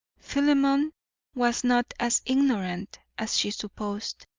philemon was not as ignorant as she supposed.